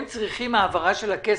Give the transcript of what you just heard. הם צריכים העברה של הכסף,